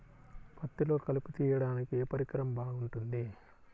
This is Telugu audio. పత్తిలో కలుపు తీయడానికి ఏ పరికరం బాగుంటుంది?